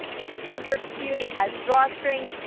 it's super cute, it has drawstrings,